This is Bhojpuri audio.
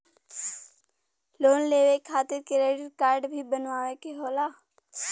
लोन लेवे खातिर क्रेडिट काडे भी बनवावे के होला?